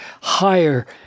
higher